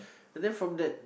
and then from that